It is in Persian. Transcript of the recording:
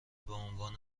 بعنوان